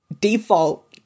default